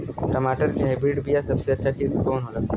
टमाटर के हाइब्रिड क बीया सबसे अच्छा किस्म कवन होला?